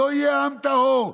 שלא יהיה עם טהור,